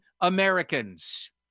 Americans